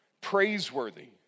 praiseworthy